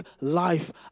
life